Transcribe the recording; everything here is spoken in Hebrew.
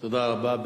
תודה רבה.